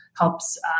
helps